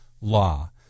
law